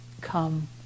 come